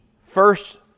first